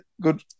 Good